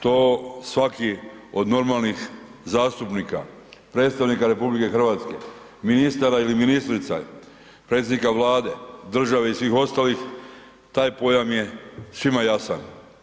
To svaki od normalnih zastupnika, predstavnika RH, ministara ili ministrica, predsjednika Vlade, države i svih ostalih taj pojam je svima jasan.